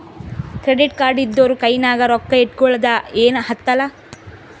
credit card ಇದ್ದೂರ ಕೈನಾಗ್ ರೊಕ್ಕಾ ಇಟ್ಗೊಳದ ಏನ್ ಹತ್ತಲಾ